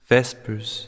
Vespers